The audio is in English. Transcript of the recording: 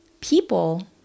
people